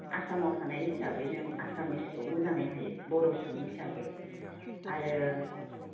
आसामाव थानाय हिसाबै जों एसामिसखौ मोजाङै हायो बर' सुबुंफ्राबो आरो